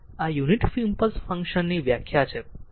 આ unit impulse function ની વ્યાખ્યા છે